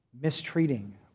mistreating